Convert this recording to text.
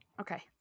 okay